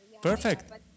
Perfect